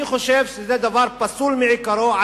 אני חושב שזה דבר פסול מעיקרו.